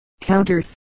counters